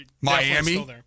Miami